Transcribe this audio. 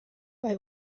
bei